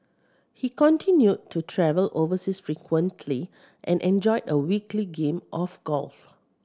he continued to travel overseas frequently and enjoyed a weekly game of golf